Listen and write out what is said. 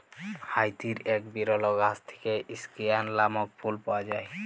হাইতির এক বিরল গাছ থেক্যে স্কেয়ান লামক ফুল পাওয়া যায়